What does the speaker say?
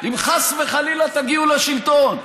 אם חס וחלילה תגיעו לשלטון?